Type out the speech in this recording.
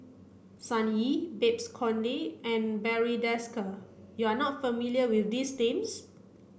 Sun Yee Babes Conde and Barry Desker you are not familiar with these names